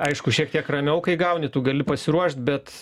aišku šiek tiek ramiau kai gauni tu gali pasiruošt bet